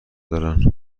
دارن